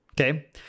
okay